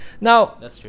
now